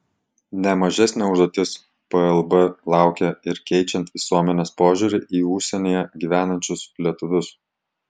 ne mažesnė užduotis plb laukia ir keičiant visuomenės požiūrį į užsienyje gyvenančius lietuvius